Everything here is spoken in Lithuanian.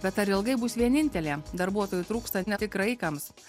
bet ar ilgai bus vienintelė darbuotojų trūksta ne tik graikams